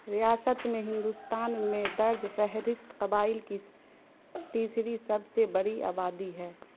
ریاست میں ہندوستان میں درج فہرست قبائل کی تیسری سب سے بڑی آبادی ہے